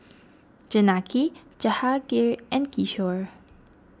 Janaki Jahangir and Kishore